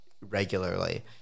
regularly